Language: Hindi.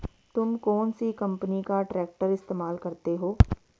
तुम कौनसी कंपनी का ट्रैक्टर इस्तेमाल करते हो?